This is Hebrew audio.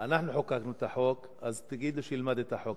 אנחנו חוקקנו את החוק, אז תגיד לו שילמד את החוק.